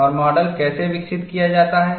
और माडल कैसे विकसित किया जाता है